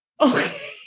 okay